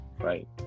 Right